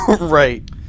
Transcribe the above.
Right